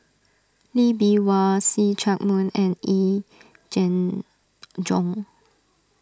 Lee Bee Wah See Chak Mun and Yee Jenn Jong